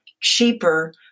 cheaper